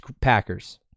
Packers